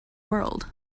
world